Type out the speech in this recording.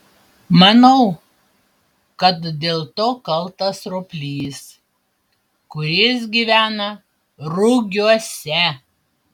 manau kad dėl to kaltas roplys kuris gyvena rugiuose